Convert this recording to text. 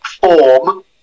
form